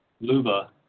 Luba